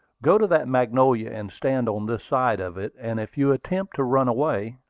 go to that magnolia, and stand on this side of it and if you attempt to run away,